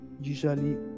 Usually